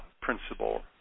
principle